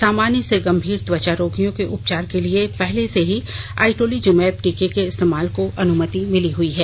सामान्य से गंभीर त्वचा रोगियों के उपचार के लिए पहले से ही आइटोलिज्मैब टीके के इस्तेमाल की अनुमति मिली हई है